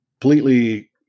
completely